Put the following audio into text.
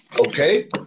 okay